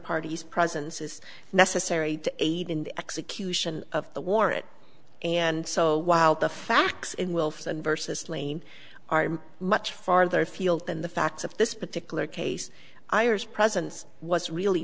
parties presence is necessary to aid in the execution of the war it and so while the facts in wilson versus lane are much farther afield than the facts of this particular case ayers presence was really